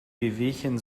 wehwehchen